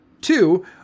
Two